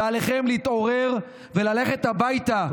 ועליכם להתעורר וללכת הביתה,